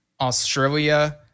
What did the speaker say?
Australia